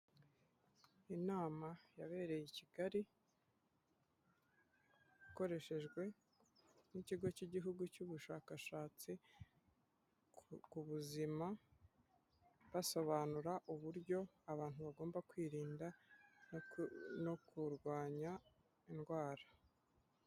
Inama yabereye i Kigali ikoreshejwe n'Ikigo cy'Igihugu cy'Ubushakashatsi ku buzima, basobanura uburyo abantu bagomba kwirinda no kurwanya indwara.